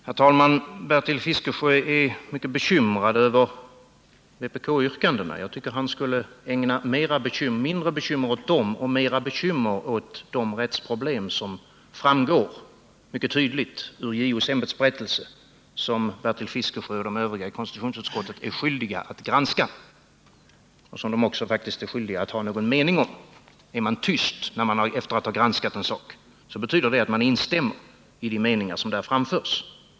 Herr talman! Bertil Fiskesjö är mycket bekymrad över vpk-yrkandena. Jag tycker att han skulle ägna mindre bekymmer åt dem och mera bekymmer åt de rättsförhållanden som framgår mycket tydligt i JO:s ämbetsberättelse — som Bertil Fiskesjö och övriga ledamöter av konstitutionsutskottet är skyldiga att granska, och som de faktiskt är skyldiga att ha någon mening om. Är man tyst efter att ha granskat en sak så betyder det att man instämmer i de meningar som framförs.